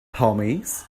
homies